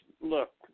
look